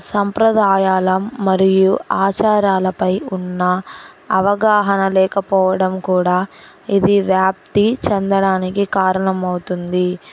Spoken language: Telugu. సంప్రదాయాల మరియు ఆచారాలపై ఉన్న అవగాహన లేకపోవడం కూడా ఇది వ్యాప్తి చెందడానికి కారణంమవుతుంది